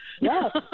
Yes